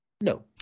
No